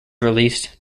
released